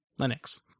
Linux